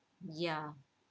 ya